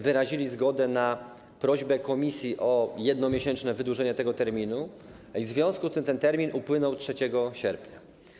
Wyraziliśmy zgodę na prośbę Komisji o jednomiesięczne wydłużenie tego terminu i w związku z tym ten termin upłynął 3 sierpnia.